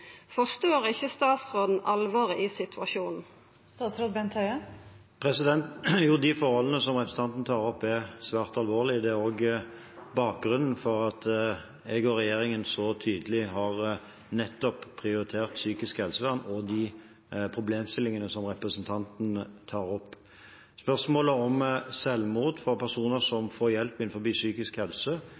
Forstår ikkje statsråden alvoret i situasjonen? Jo, de forholdene som representanten Toppe tar opp, er svært alvorlige. Det er også bakgrunnen for at jeg og regjeringen så tydelig har prioritert nettopp psykisk helsevern og de problemstillingene som representanten Toppe tar opp. Spørsmålet om selvmord blant personer som får hjelp innen psykisk